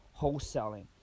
wholesaling